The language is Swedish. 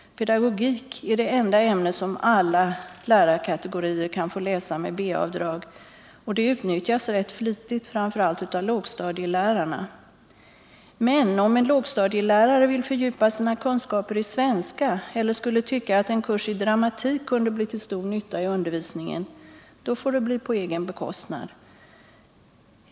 Pedagogik är det enda ämne som alla lärarkategorier kan få läsa med B-avdrag, och det utnyttjas rätt flitigt, framför allt av lågstadielärarna. Men om en lågstadielärare vill fördjupa sina kunskaper i svenska eller skulle tycka att en kurs i dramatik kunde bli till stor nytta i undervisningen, då får det bli på egen bekostnad.